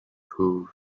proved